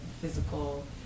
physical